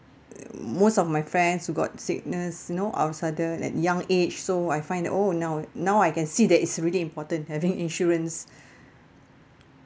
most of my friends who got sickness you know out of sudden at young age so I find that oh now now I can see that is really important having insurance